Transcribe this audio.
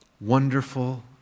Wonderful